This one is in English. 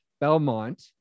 Belmont